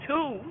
Two